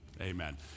Amen